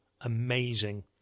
amazing